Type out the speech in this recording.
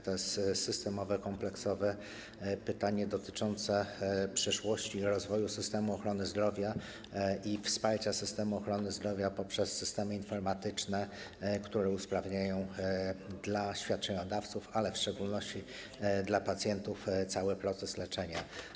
To jest systemowe, kompleksowe pytanie dotyczące przyszłości i rozwoju systemu ochrony zdrowia oraz wsparcia systemu ochrony zdrowia przez systemy informatyczne, które usprawniają świadczeniodawcom, ale w szczególności pacjentom cały proces leczenia.